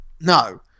No